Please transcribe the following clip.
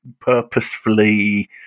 purposefully